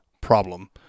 problem